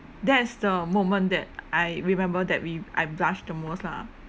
that's the moment that I remember that we I blushed the most lah